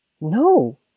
No